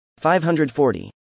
540